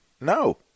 No